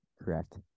correct